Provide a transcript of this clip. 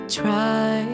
try